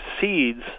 seeds